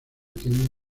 tiene